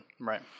Right